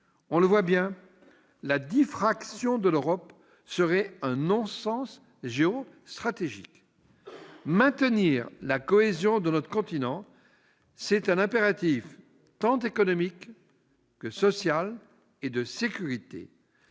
on le voit bien : la diffraction de l'Europe serait un non-sens géostratégique. Maintenir la cohésion de notre continent est un impératif tant économique que social et de sécurité